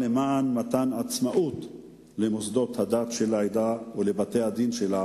למען מתן עצמאות למוסדות הדת של העדה ולבתי-הדין שלה,